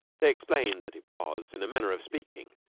they explained that it was, in a manner of speaking,